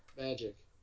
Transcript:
Magic